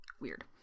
Weird